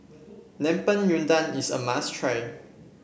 Lemper Udang is a must try